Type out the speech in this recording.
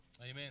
Amen